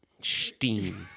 Steam